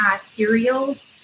cereals